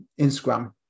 instagram